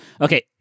Okay